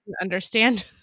understand